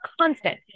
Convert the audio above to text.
constant